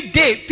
day